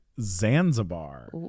Zanzibar